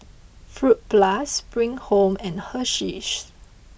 Fruit Plus Spring Home and Hersheys